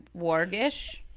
wargish